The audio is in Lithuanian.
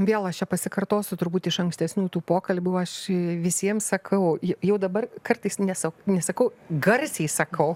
vėl aš čia pasikartosiu turbūt iš ankstesnių tų pokalbių aš visiem sakau jau jau dabar kartais tiesiog nesakau garsiai sakau